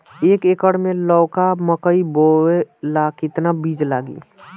एक एकर मे लौका मकई बोवे ला कितना बिज लागी?